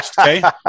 okay